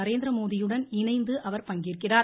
நரேந்திரமோடியுடன் இணைந்து அவர் பங்கேற்கிறார்